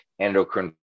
endocrine